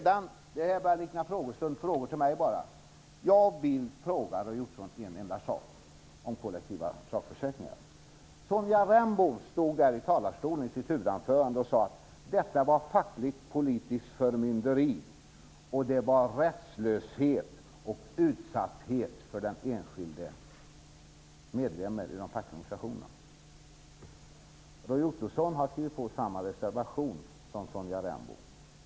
Det här börjar likna en frågestund med bara frågor till mig. Jag vill fråga Roy Ottosson en enda sak om kollektiva sakförsäkringar. Sonja Rembo stod i talarstolen och sade i sitt huvudanförande att detta var fackligt politiskt förmynderi, det var rättslöshet och utsatthet för den enskilde medlemmen i de fackliga organisationerna. Roy Ottosson har skrivit på samma reservation som Sonja Rembo.